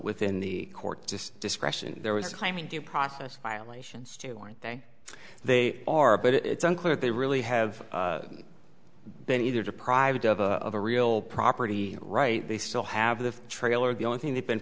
within the court just discretion there was a time in due process violations to one day they are but it's unclear if they really have been either deprived of a real property right they still have the trailer the only thing they've been